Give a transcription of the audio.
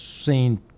seen